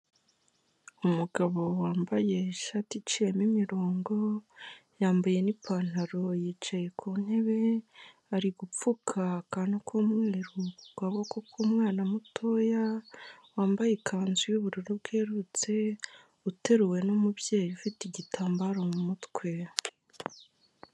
Umugabo wambaye ishati iciyemo imirongo, yambaye n'ipantaro yicaye ku ntebe, ari gupfuka akantu k'umweru ku kaboko k'umwana mutoya, wambaye ikanzu y'ubururu bwerurutse, uteruwe n'umubyeyi ufite igitambaro mu mutwe.